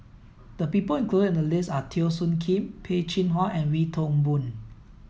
the people included in the list are Teo Soon Kim Peh Chin Hua and Wee Toon Boon